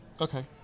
Okay